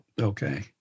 Okay